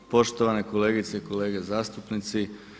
Poštovane kolegice i kolege zastupnici.